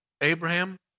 Abraham